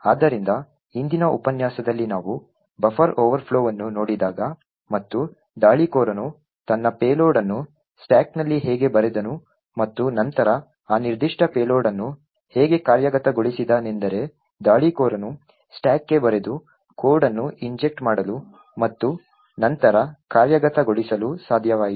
ಆದ್ದರಿಂದ ಹಿಂದಿನ ಉಪನ್ಯಾಸದಲ್ಲಿ ನಾವು ಬಫರ್ ಓವರ್ಫ್ಲೋವನ್ನು ನೋಡಿದಾಗ ಮತ್ತು ದಾಳಿಕೋರನು ತನ್ನ ಪೇಲೋಡ್ ಅನ್ನು ಸ್ಟಾಕ್ನಲ್ಲಿ ಹೇಗೆ ಬರೆದನು ಮತ್ತು ನಂತರ ಆ ನಿರ್ದಿಷ್ಟ ಪೇಲೋಡ್ ಅನ್ನು ಹೇಗೆ ಕಾರ್ಯಗತಗೊಳಿಸಿದನೆಂದರೆ ದಾಳಿಕೋರನು ಸ್ಟಾಕ್ಗೆ ಬರೆದು ಕೋಡ್ ಅನ್ನು ಇಂಜೆಕ್ಟ್ ಮಾಡಲು ಮತ್ತು ನಂತರ ಕಾರ್ಯಗತಗೊಳಿಸಲು ಸಾಧ್ಯವಾಯಿತು